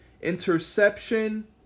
interception